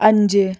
അഞ്ച്